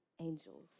angels